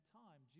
time